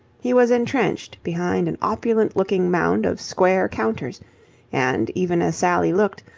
he was entrenched behind an opulent-looking mound of square counters and, even as sally looked,